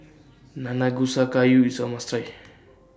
Nanakusa Gayu IS A must Try